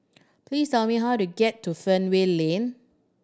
please tell me how to get to Fernvale Lane